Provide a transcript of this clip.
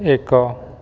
ଏକ